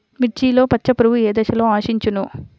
మిర్చిలో పచ్చ పురుగు ఏ దశలో ఆశించును?